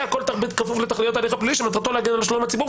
והכול בכפוף לתכליות ההליך הפלילי שמטרתו מטרתו להגן על שלום הציבור,